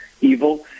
evil